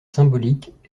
symboliquement